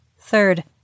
Third